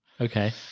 Okay